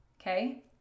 okay